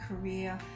career